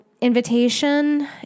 invitation